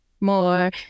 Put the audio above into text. More